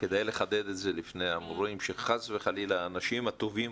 כדאי לחדד את זה לפני המורים שחס וחלילה האנשים הטובים